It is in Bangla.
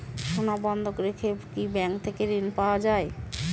সোনা বন্ধক রেখে কি ব্যাংক থেকে ঋণ পাওয়া য়ায়?